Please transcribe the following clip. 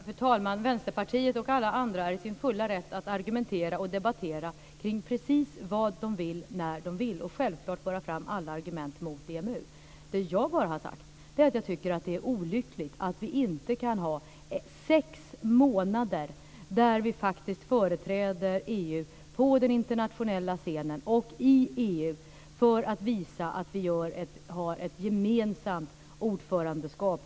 Fru talman! Vänsterpartiet och alla andra är i sin fulla rätt att argumentera och debattera kring precis vad de vill när de vill och självklart att föra fram alla argument mot EMU. Det som jag har sagt är bara att jag tycker att det är olyckligt att vi inte under den tid då vi faktiskt företräder EU på den internationella scenen och i EU kan visa att vi har ett gemensamt ordförandeskap.